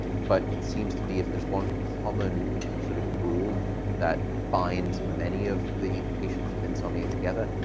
but it seems to be if there's one common sort of rule that binds many of the patients with insomnia together,